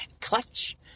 clutch